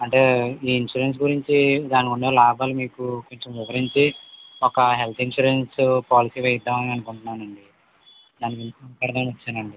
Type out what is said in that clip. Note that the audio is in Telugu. అంటే ఈ ఇన్సూరెన్స్ గురించి దానికున్న లాభాలు మీకు కొంచెం వివరించి ఒక హెల్త్ ఇన్సూరెన్స్ పాలసీ వేయించుదామని అనుకుంటున్నానండి దాని గురించి మాట్లాడుదామని వచ్చానండి